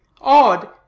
odd